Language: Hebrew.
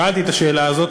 שאלתי את השאלה הזאת,